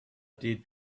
did